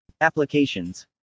Applications